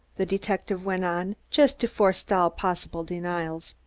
the detective went on just to forestall possible denials.